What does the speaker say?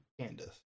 Candace